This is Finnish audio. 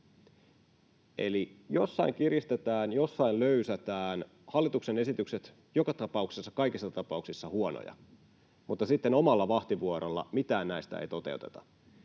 jossain kiristetään, jossain löysätään, ja hallituksen esitykset ovat joka tapauksessa kaikissa tapauksissa huonoja, mutta sitten omalla vahtivuorolla mitään näistä ei toteuteta.